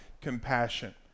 compassion